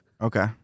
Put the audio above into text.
Okay